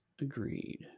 Agreed